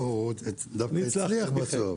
לא, הוא דווקא הצליח בסוף.